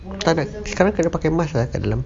sekarang kena pakai mask lah kat dalam